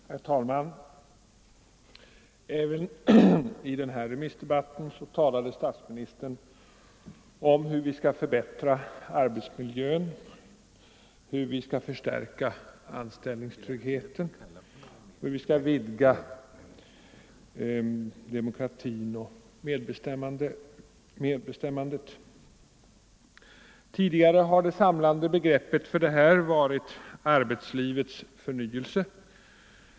Herr talman! Även i denna remissdebatt talade statsministern om hur vi skall förbättra arbetsmiljön, hur vi skall förbättra anställningstryggheten och vidga demokratin och medbestämmandet. Tidigare har det samlande begreppet för detta varit ”arbetslivets förnyelse”.